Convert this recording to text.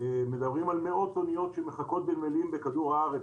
מדברים על מאות אוניות שמחכות בנמלים בכדור הארץ.